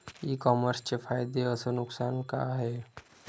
इ कामर्सचे फायदे अस नुकसान का हाये